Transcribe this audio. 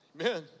Amen